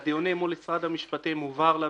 בדיונים מול משרד המשפטים הובהר לנו